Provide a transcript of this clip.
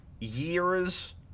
years